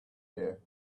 air